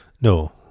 No